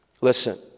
Listen